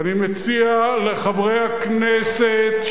ואני מציע לחברי הכנסת,